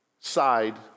side